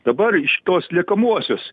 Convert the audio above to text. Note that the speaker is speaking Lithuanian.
dabar iš tos liekamuosios